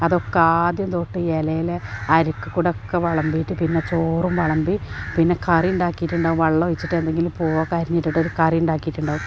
അതൊക്കെ ആദ്യം തൊട്ട് ഇലയിലെ അരിക്കക്കൂടൊക്കെ വിളമ്പിയിട്ടു പിന്നെ ചോറും വിളമ്പിയിട്ട് പിന്നെ കറിയുണ്ടാക്കിയിട്ടുണ്ടാകും വെള്ളം ഒഴിച്ചിട്ടെന്തെങ്കിലും കോവക്ക അരിഞ്ഞിട്ടിട്ടൊരു കറിയുണ്ടാക്കിയിടുണ്ടാകും